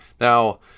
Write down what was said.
now